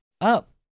Up